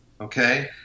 okay